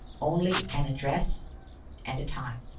only an address and a time.